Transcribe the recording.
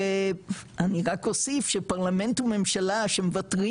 ואני רק אוסיף שפרלמנט וממשלה שמוותרים